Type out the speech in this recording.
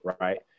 right